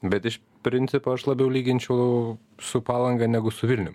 bet iš principo aš labiau lyginčiau su palanga negu su vilnium